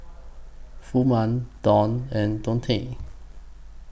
Furman Donn and Deontae